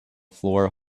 floor